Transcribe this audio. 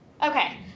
Okay